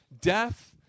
Death